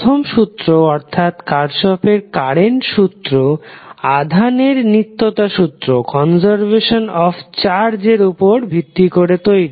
প্রথম সূত্র অর্থাৎ কার্শফের কারেন্ট সূত্র Kirchhoff's current law আধানের নিত্যতা সূত্র এর উপর ভিত্তি করে তৈরি